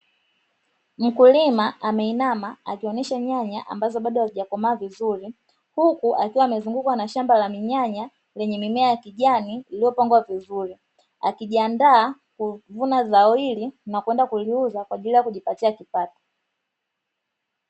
Mkulima ameinama akionyesha nyanya ambazo bado hazijakomaa vizuri, huku akiwa amezungukwa na shamba la nyanya lenye mimea ya kijani iliyopangwa vizuri; akijiandaa kuvuna zao hili na kwenda kuliuza kwa ajili ya kujipatia kipato.